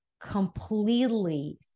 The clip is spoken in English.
completely